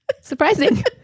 surprising